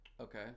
okay